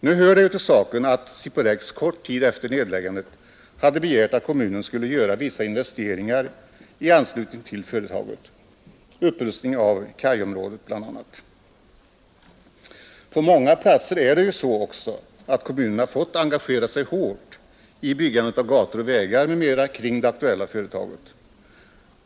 Nu hör det till saken att Siporex kort tid före nedläggandet hade begärt att kommunen skulle göra vissa investeringar i anslutning till företaget — bl.a. upprustning av kajområdet. På många platser är det också så att kommunerna fått engagera sig hårt i byggandet av vägar och gator m.m. kring det aktuella företaget.